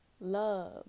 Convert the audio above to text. Love